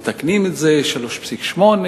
מתקנים את זה: 3.8%,